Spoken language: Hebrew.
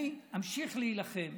אני אמשיך להילחם.